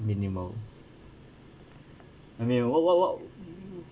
minimal I mean what what what